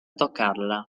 toccarla